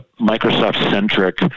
Microsoft-centric